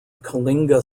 kalinga